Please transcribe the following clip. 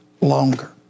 longer